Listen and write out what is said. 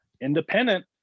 independent